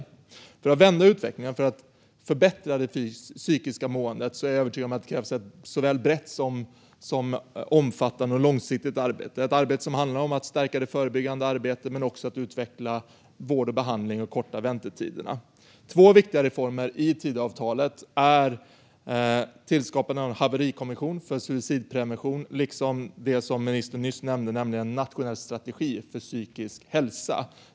Jag är övertygad om att det för att vända utvecklingen och förbättra det psykiska måendet - det fysiska måendet, höll jag på att säga - krävs ett såväl brett som omfattande och långsiktigt arbete. Det gäller att stärka det förebyggande arbetet men också att utveckla vård och behandling och att korta väntetiderna. Två viktiga reformer i Tidöavtalet är skapande av en haverikommission för suicidprevention och det som ministern nyss nämnde, nämligen en nationell strategi för psykisk hälsa.